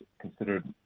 considered